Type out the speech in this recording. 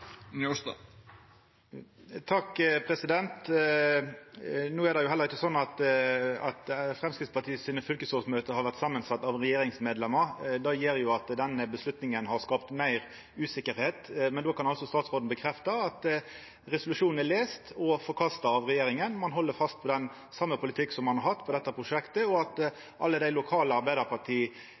No er det heller ikkje slik at Framstegspartiet sine fylkesårsmøte har vore sette saman av regjeringsmedlemer. Det gjer jo at dette vedtaket har skapt meir usikkerheit. Men då kan altså statsråden stadfesta at resolusjonen er lesen og forkasta av regjeringa, ein held fast på den same politikken som ein har hatt for dette prosjektet, og at alle dei lokale